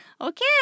Okay